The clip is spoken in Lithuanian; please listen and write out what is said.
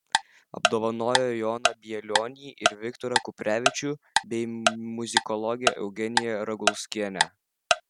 apdovanojo joną bielionį ir viktorą kuprevičių bei muzikologę eugeniją ragulskienę